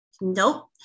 Nope